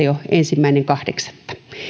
jo ensimmäinen kahdeksatta